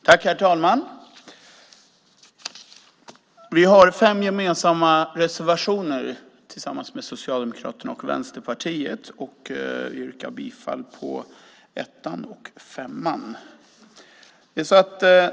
Herr talman! Vi har fem gemensamma reservationer tillsammans med Socialdemokraterna och Vänsterpartiet. Jag yrkar bifall till nr 1 och nr 5.